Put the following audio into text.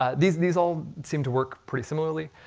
ah these these all seem to work pretty similarly,